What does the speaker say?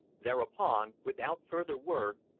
thereupon, without further word,